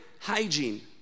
Hygiene